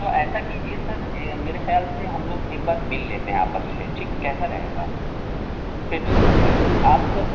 تو ایسا کیجیے سر میرے خیال سے ہم لوگ ایک بار مِل لیتے ہیں آپس میں ٹھیک کیسا رہے گا پھر ڈسکس کر لیتے ہیں آپ سر